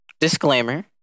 Disclaimer